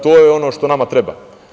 To je ono što nama treba.